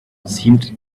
seemed